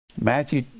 Matthew